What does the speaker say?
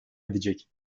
edecek